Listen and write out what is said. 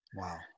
Wow